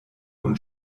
und